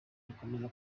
rikomeza